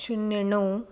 शुन्य णव